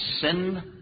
sin